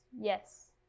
yes